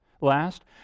last